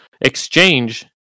exchange